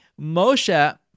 Moshe